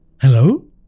Hello